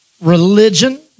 religion